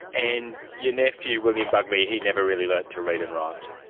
and your nephew, william bugmy, he never really learned to read and write?